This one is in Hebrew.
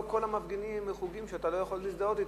לא כל המפגינים הם מחוגים שאתה לא יכול להזדהות אתם.